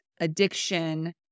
addiction